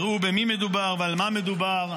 הראו במי מדובר ועל מה מדובר,